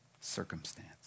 circumstance